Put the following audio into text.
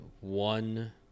one